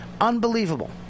unbelievable